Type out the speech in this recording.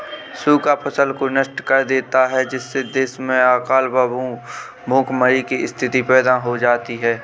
सूखा फसल को नष्ट कर देता है जिससे देश में अकाल व भूखमरी की स्थिति पैदा हो जाती है